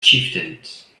chieftains